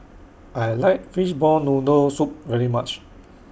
I like Fishball Noodle Soup very much